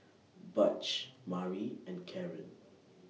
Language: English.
Butch Mari and Caren